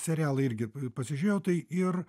serialą irgi pasižiūrėjau tai ir